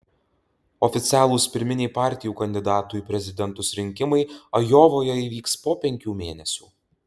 oficialūs pirminiai partijų kandidatų į prezidentus rinkimai ajovoje įvyks po penkių mėnesių